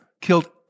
killed